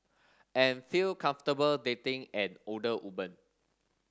and feel comfortable dating an older woman